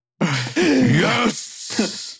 Yes